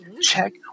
check